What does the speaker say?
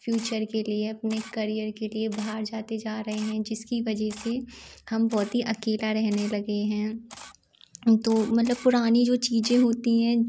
future के लिए अपने करियर के लिए बाहर जाते जा रहे हैं जिसकी वजह से हम बहुत अकेला रहने लगे हैं तो मतलब पुरानी जो चीज़ें होती हैं